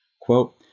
Quote